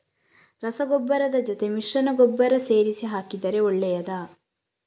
ರಸಗೊಬ್ಬರದ ಜೊತೆ ಮಿಶ್ರ ಗೊಬ್ಬರ ಸೇರಿಸಿ ಹಾಕಿದರೆ ಒಳ್ಳೆಯದಾ?